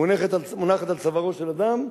מונחת על צווארו של אדם,